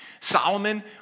Solomon